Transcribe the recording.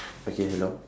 okay hello